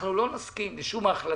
אנחנו לא נסכים לשום החלטה,